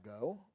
go